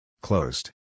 Closed